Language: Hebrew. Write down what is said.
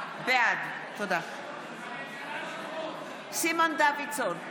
בעד סימון דוידסון,